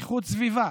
איכות סביבה,